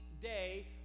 day